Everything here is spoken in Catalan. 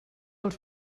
els